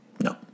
No